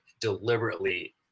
deliberately